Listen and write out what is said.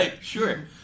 Sure